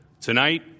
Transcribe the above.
Tonight